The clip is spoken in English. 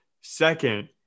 Second